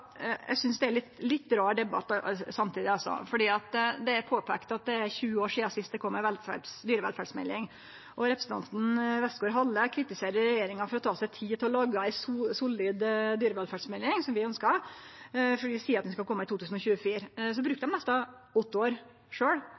synest samtidig det er ein litt rar debatt. Det er påpeikt at det er 20 år sidan sist det kom ei dyrevelferdsmelding, og representanten Westgaard-Halle kritiserer regjeringa for å ta seg tid til å lage ei solid dyrevelferdsmelding, som vi ønskjer, for vi seier at ho skal kome i 2024. Dei brukte sjølve nesten åtte år